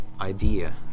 idea